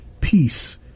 peace